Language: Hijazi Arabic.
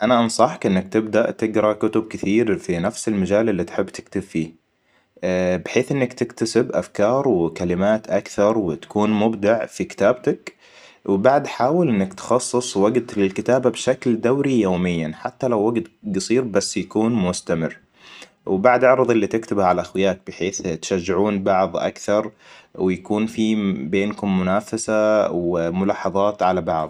أنا أنصحك إنك تبدأ تقرا كتب كتير في نفس المجال اللي تحب تكتب فيه. ب حيث إنك تكتسب أفكار وكلمات أكثر وتكون مبدع في كتابتك. وبعد حاول إنك تخصص وقت للكتابة بشكل دوري يومياً حتى لو وقت قصير بس يكون مستمر وبعد إعرض اللي تكتبه على إخوياك بحيث تشجعون بعض اكثر ويكون في بينكم منافسة وملاحظات على بعض